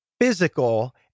physical